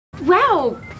Wow